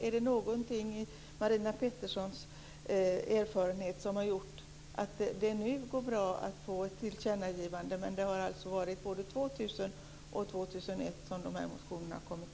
Är det någonting i Marina Petterssons erfarenhet som har gjort att det nu går bra att få ett tillkännagivande? De här motionerna har alltså väckts både 2000 och 2001.